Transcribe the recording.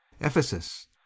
ephesus